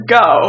go